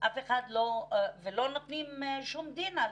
הקמת היחידה ולא נותנים על כך את הדין.